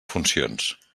funcions